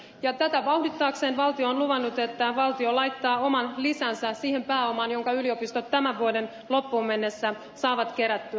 tätä vauhdittaakseen valtio on luvannut että valtio laittaa oman lisänsä siihen pääomaan jonka yliopistot tämän vuoden loppuun mennessä saavat kerättyä